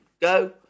go